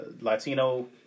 Latino